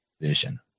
vision